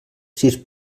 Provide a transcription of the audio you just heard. sis